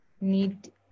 need